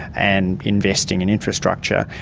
and investing in infrastructure.